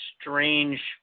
strange